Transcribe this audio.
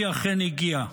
והיא אכן הגיעה.